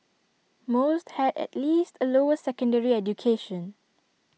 most had at least A lower secondary education